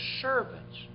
servants